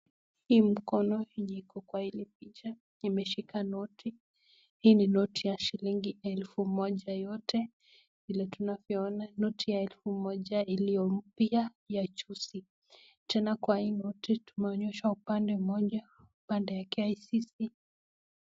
Hii mkono yenye iko kwa hili picha imeshika noti. Hii ni noti ya shilingi elfu moja yote vile tunavyoona noti ya elfu moja iliyo mpya ya juzi. Tena kwa hii noti tuumeonyeshwa upande mmoja, upande ya KICC.